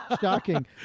shocking